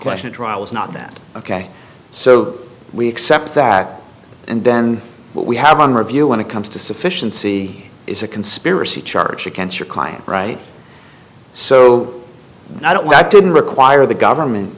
question of trial was not that ok so we accept that and then we have one review when it comes to sufficiency is a conspiracy charge against your client right so i don't have to require the government